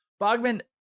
bogman